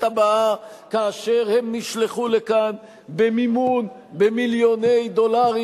הבאה כאשר הם נשלחו לכאן במימון במיליוני דולרים